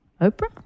Oprah